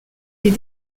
est